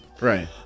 Right